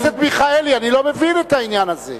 חבר הכנסת מיכאלי, אני לא מבין את העניין הזה.